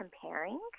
comparing